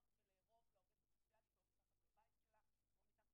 לארוב לעובדת הסוציאלית מתחת לבית שלה או מתחת